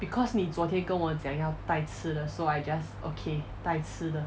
because 你昨天跟我讲要带吃的 so I just okay 带吃的